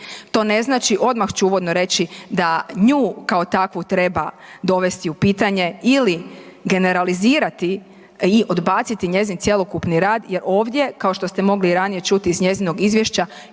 to ne znači, odmah ću uvodno reći da nju kao takvu treba dovesti u pitanje ili generalizirati i odbaciti njezin cjelokupni rad je ovdje kao što ste mogli i ranije čuti iz njezina Izvješća,